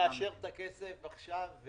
נאשר את הכסף עכשיו,